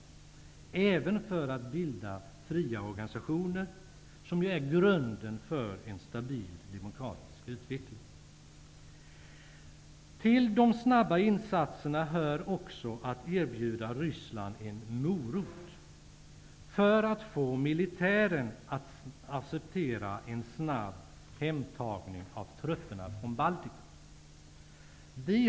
Det gäller även ansträngningarna för att bilda egna organisationer, vilket är grunden för en stabil demokratisk utveckling. Till de snabba insatserna hör också att erbjuda Ryssland en ''morot'' för att få militären att acceptera en snabb hemtagning av trupperna från Baltikum.